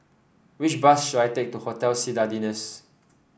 which bus should I take to Hotel Citadines